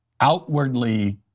outwardly